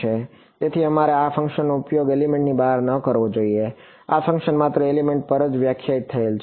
તેથી તમારે આ ફંક્શનનો ઉપયોગ એલિમેન્ટની બહાર ન કરવો જોઈએ આ ફંક્શન માત્ર એલિમેન્ટ પર જ વ્યાખ્યાયિત થયેલ છે